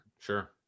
Sure